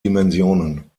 dimensionen